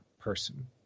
person